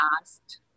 asked